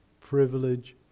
privilege